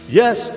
yes